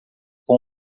com